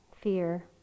fear